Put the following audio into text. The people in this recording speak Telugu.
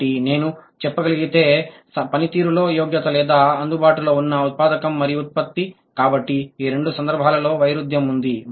కాబట్టి నేను చెప్పగలిగితే పనితీరులో యోగ్యత లేదా అందుబాటులో ఉన్న ఉత్పాదకం మరియు ఉత్పత్తి కాబట్టి ఈ రెండు సందర్భాలలో వైరుధ్యం ఉంది